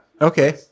Okay